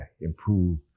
improve